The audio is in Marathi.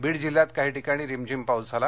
बीड जिल्ह्यात काही ठिकाणी रिमझीम पाऊस झाला